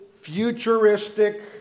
futuristic